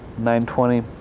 9.20